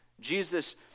Jesus